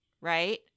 right